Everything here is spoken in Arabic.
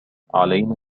علينا